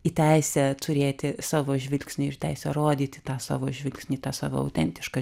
į teisę turėti savo žvilgsnį ir teisę rodyti tą savo žvilgsnį tą savo autentišką